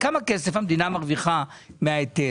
כמה כסף המדינה מרוויחה מההיטל?